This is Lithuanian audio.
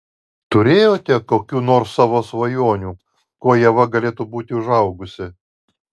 turėjote kokių nors savo svajonių kuo ieva galėtų būti užaugusi